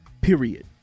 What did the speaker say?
period